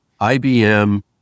IBM